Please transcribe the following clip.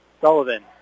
Sullivan